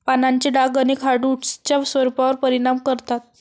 पानांचे डाग अनेक हार्डवुड्सच्या स्वरूपावर परिणाम करतात